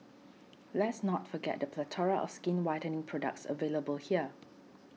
let's not forget the plethora of skin whitening products available here